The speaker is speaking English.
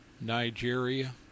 Nigeria